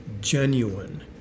genuine